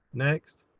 next.